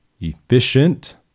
efficient